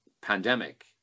pandemic